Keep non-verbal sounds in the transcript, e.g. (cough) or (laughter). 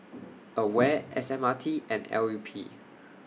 (noise) AWARE S M R T and L U P